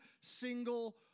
single